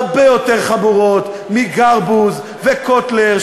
הרבה יותר חמורות משל גרבוז וקוטלר,